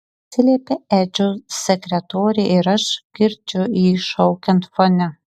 atsiliepia edžio sekretorė ir aš girdžiu jį šaukiant fone